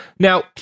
Now